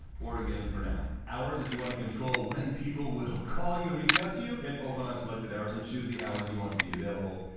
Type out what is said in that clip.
oregon for now. hours, if you want to control when people will call you and reach out to you, hit open on selected hours and choose the hours you want to be available.